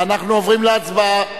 אנחנו עוברים להצבעה.